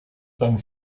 tan